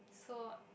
so